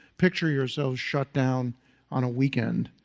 picture yourselves shut down on a weekend,